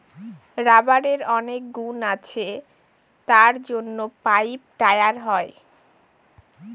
রাবারের অনেক গুণ আছে তার জন্য পাইপ, টায়ার হয়